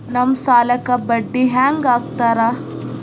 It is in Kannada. ನಮ್ ಸಾಲಕ್ ಬಡ್ಡಿ ಹ್ಯಾಂಗ ಹಾಕ್ತಾರ?